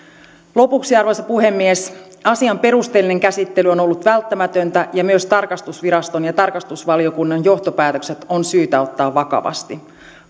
lopuksi arvoisa puhemies asian perusteellinen käsittely on ollut välttämätöntä ja myös tarkastusviraston ja tarkastusvaliokunnan johtopäätökset on syytä ottaa vakavasti